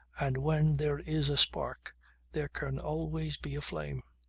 and when there is a spark there can always be a flame.